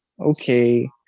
okay